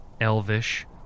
elvish